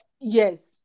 yes